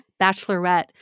bachelorette